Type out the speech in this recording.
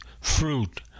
fruit